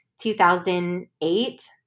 2008